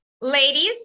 ladies